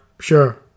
Sure